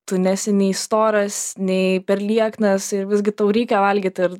tu nesi nei storas nei per lieknas ir visgi tau reikia valgyt ir